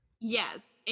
Yes